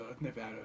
Nevada